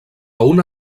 una